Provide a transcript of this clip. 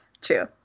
True